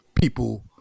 people